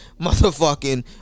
Motherfucking